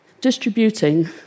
Distributing